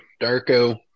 Darko